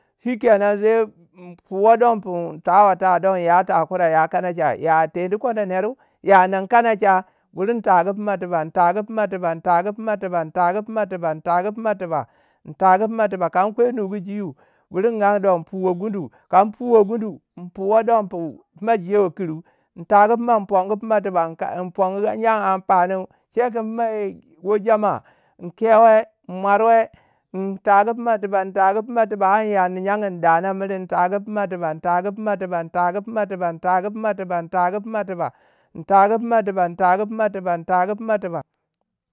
Shikenan sai in fuwe don fun tawe tau don ya takura ya kanacha. ya tendi kono neru, ya ningu kanacha, buri in tagu funa tuba in tagu funa tiba in tagu funa tuba in tagu funa tuba. kan kwai nugu jiu bur in angi don, in fuwa gundu. kanfuwa gundu in puwei don pu fina jewai kiri. In tagu funa in pongu puma tuba. in ka in fungu yan anfaniu chei kun ma wei jama in kewe in mwaruwe, in tagu funa tiba in tagu fina tiba har in in yardi yarnu in dana miri. in tagu funa tiba in tagu funa tiba intagu fina tiba in tagu fuma tuba in tagu funa tuba in tagu funa tuba. In tagu funa tuba in tagu fuma tuba in tagu funa tuba.